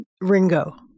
Ringo